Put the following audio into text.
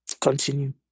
continue